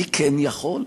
מי כן יכול?